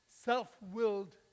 self-willed